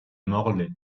morlaix